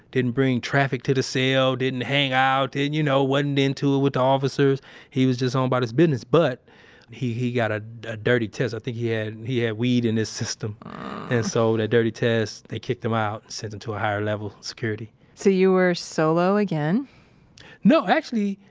didn't bring traffic to the cell, didn't hang out. and you know, wasn't into it with the officers he was just on about his business, but he, he got a ah dirty test. i think he had, and he had weed in his system and so, the dirty test, they kicked him out and sent him to a higher level security so, you are solo again no. actually,